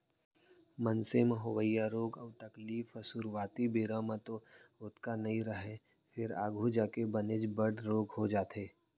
मनसे म होवइया रोग अउ तकलीफ ह सुरूवाती बेरा म तो ओतका नइ रहय फेर आघू जाके बनेच बड़े रोग हो जाथे